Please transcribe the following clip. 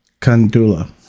Kandula